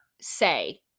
say